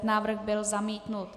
Návrh byl zamítnut.